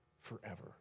forever